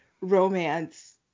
romance